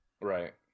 Right